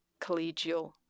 collegial